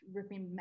ripping